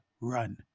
Run